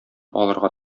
алырга